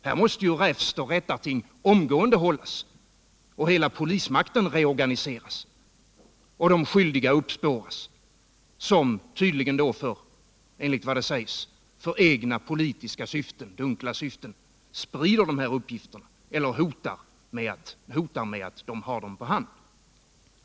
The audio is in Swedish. Här måste räfstoch rättarting omgående hållas, hela polismakten reorganiseras och de skyldiga uppspåras, som tydligen — enligt vad som sägs — för att uppnå egna dunkla politiska syften sprider de här uppgifterna eller hotar med att de har dem på hand.